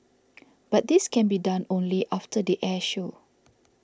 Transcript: but this can be done only after the air show